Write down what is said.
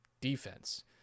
defense